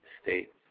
state